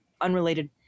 unrelated